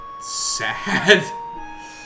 Sad